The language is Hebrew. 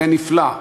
זה נפלא.